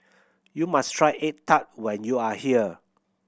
you must try egg tart when you are here